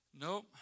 Nope